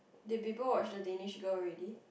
did people watched the Danish Girl already